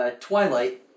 Twilight